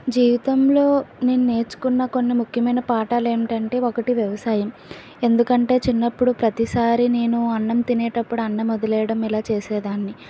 జీవితంలో నేను నేర్చుకున్న కొన్ని ముఖ్యమైన పాఠాలు ఏమిటంటే ఒకటి వ్యవసాయం ఎందుకంటే చిన్నప్పుడు ప్రతిసారి నేను అన్నం తినేటప్పుడు అన్నం వదిలేయడం ఇలా చేసేదాన్ని